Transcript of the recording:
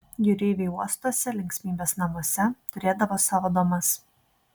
jūreiviai uostuose linksmybės namuose turėdavo savo damas